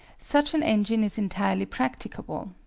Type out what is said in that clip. such an engine is entirely practicable.